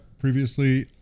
previously